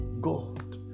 God